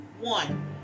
One